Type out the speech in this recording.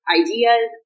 ideas